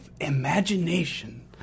imagination